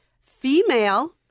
female